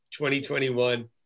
2021